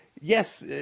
yes